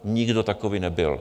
Nikdo takový nebyl.